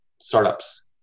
startups